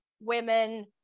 women